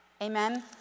Amen